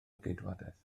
geidwadaeth